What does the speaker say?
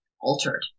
altered